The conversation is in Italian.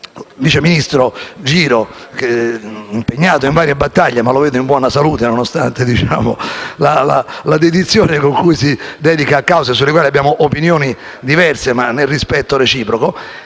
vice ministro Giro che è impegnato in varie battaglie, ma lo vedo in buona salute nonostante la dedizione con cui si dedica a cause sulle quali abbiamo opinioni diverse, ma nel rispetto reciproco